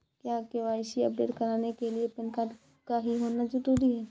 क्या KYC update कराने के लिए पैन कार्ड का ही होना जरूरी है?